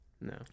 No